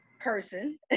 person